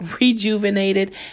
rejuvenated